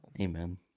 Amen